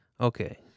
Okay